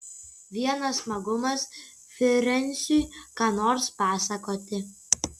vienas smagumas frensiui ką nors pasakoti